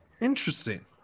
Interesting